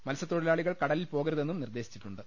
മത്സൃത്തൊഴിലാളികൾ കടലിൽ പോകരു തെന്നും നിർദ്ദേശിച്ചിട്ടുണ്ട്